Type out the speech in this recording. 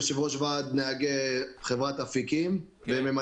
יושב-ראש ועד נהגי חברת אפיקים ומ"מ